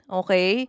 okay